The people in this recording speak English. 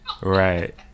Right